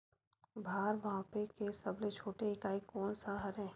भार मापे के सबले छोटे इकाई कोन सा हरे?